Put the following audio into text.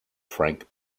frank